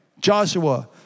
Joshua